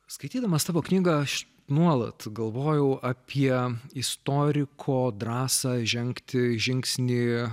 skaitydamas tavo knygą aš nuolat galvojau apie istoriko drąsą žengti žingsnį